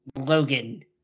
Logan